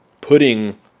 putting